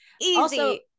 easy